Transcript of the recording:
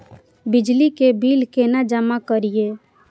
बिजली के बिल केना जमा करिए?